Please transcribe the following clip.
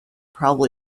probably